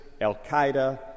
Al-Qaeda